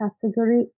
category